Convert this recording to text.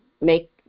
make